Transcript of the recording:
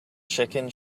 chicken